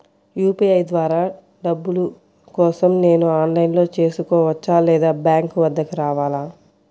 UPI ద్వారా డబ్బులు కోసం నేను ఆన్లైన్లో చేసుకోవచ్చా? లేదా బ్యాంక్ వద్దకు రావాలా?